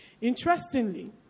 interestingly